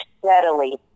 steadily